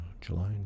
July